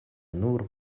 nur